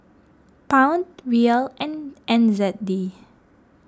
Pound Riyal and N Z D